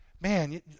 Man